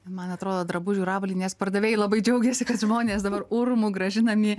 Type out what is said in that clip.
man atrodo drabužių ir avalynės pardavėjai labai džiaugiasi kad žmonės dabar urmu grąžinami